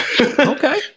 Okay